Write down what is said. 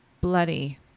bloody